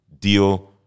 deal